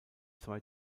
zwei